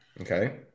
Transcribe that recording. okay